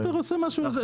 הסופר עושה מה שהוא רוצה.